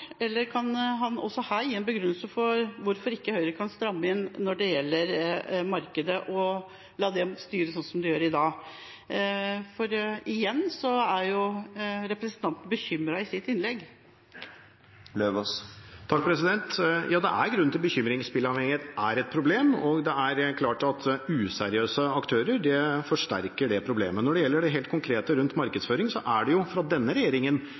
eller kan han også her gi en begrunnelse for hvorfor Høyre ikke kan stramme inn når det gjelder markedet, og lar dem styre som de gjør i dag? For igjen er jo representanten bekymret i sitt innlegg. Ja, det er grunn til bekymring. Spillavhengighet er et problem, og det er klart at useriøse aktører forsterker problemet. Når det gjelder det helt konkrete rundt